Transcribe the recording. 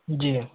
जी